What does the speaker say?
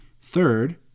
Third